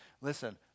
Listen